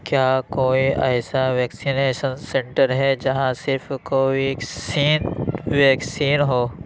کیا کوئی ایسا ویکسینیشن سنٹر ہے جہاں صرف کو ویکسین ویکسین ہو